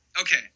Okay